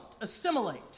assimilate